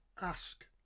ASK